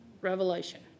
Revelation